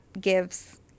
gives